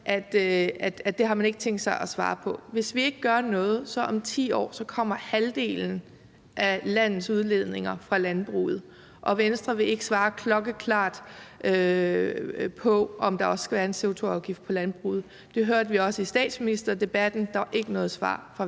at det har man ikke tænkt sig at svare på. Hvis vi ikke gør noget, kommer halvdelen af landets udledninger om 10 år fra landbruget, og Venstre vil ikke svare klokkeklart på, om der skal være en CO2-afgift på landbruget. I statsministerdebatten var der heller ikke noget svar fra Venstre.